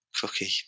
Cookie